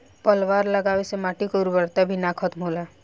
पलवार लगावे से माटी के उर्वरता भी ना खतम होला